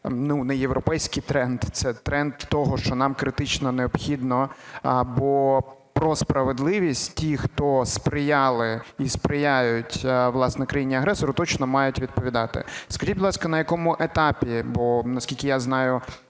не європейський тренд, це тренд того, що нам критично необхідно, бо про справедливість – ті, хто сприяли і сприяють, власне, країні-агресору, точно мають відповідати. Скажіть, будь ласка, на якому етапі, бо, наскільки я знаю,